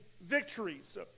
victories